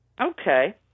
Okay